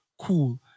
cool